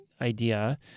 idea